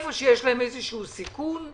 איפה שיש להם איזשהו סיכון,